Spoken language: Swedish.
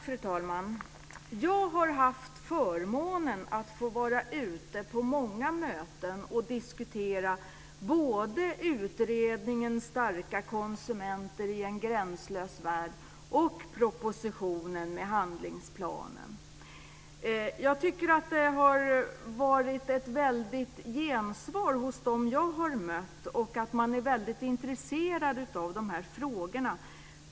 Fru talman! Jag har haft förmånen att få vara ute på många möten och diskutera både utredningen Starka konsumenter i en gränslös värld och propositionen med handlingsplanen. Jag tycker att det har funnits ett väldigt gensvar hos dem jag har mött. Man är väldigt intresserad av de här frågorna.